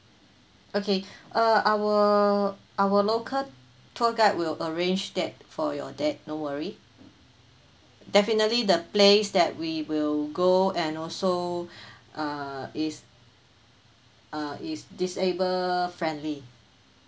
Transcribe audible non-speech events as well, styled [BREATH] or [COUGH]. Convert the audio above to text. okay [BREATH] uh our our local tour guide will arrange that for your dad no worry definitely the place that we will go and also [BREATH] uh is uh is disable friendly